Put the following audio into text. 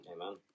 Amen